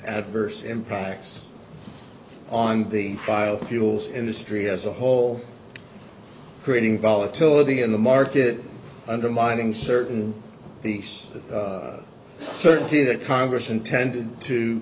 adverse impacts on the biofuels industry as a whole creating volatility in the market undermining certain piece of certainty that congress intended to